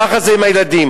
ככה זה עם הילדים,